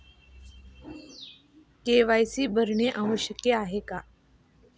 KYC भरणे आवश्यक आहे का?